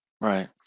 Right